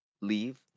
Leave